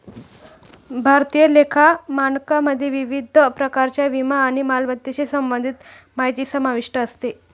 भारतीय लेखा मानकमध्ये विविध प्रकारच्या विमा आणि मालमत्तेशी संबंधित माहिती समाविष्ट असते